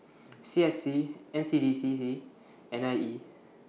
C S C N C D C C and I E